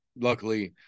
luckily